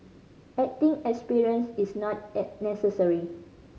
acting experience is not necessary